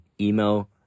email